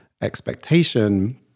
expectation